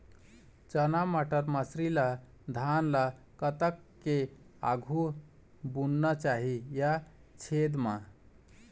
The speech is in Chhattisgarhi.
चना बटर मसरी ला धान ला कतक के आघु बुनना चाही या छेद मां?